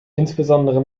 insbesondere